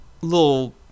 little